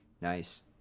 Nice